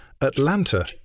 Atlanta